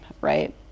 right